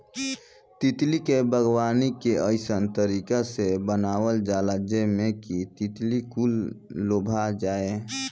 तितली के बागवानी के अइसन तरीका से बनावल जाला जेमें कि तितली कुल लोभा जाये